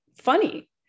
funny